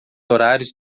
horários